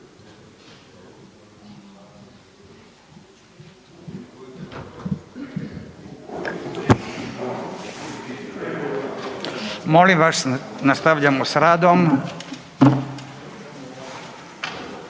Molim vas, nastavljamo s radom.